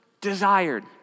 desired